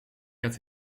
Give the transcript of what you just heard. het